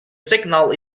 signal